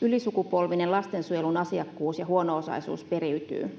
ylisukupolvinen lastensuojelun asiakkuus ja huono osaisuus periytyy